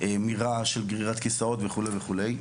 מרעש של גרירת כיסאות וכו' וכו',